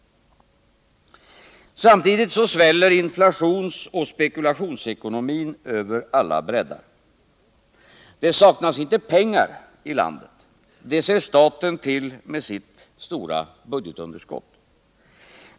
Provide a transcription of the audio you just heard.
Samtidigt sväller inflationsoch spekulationsekonomin över alla bräddar. Det saknas inte pengar i landet. Det ser staten till med sitt stora budgetunderskott.